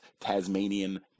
Tasmanian